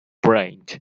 brent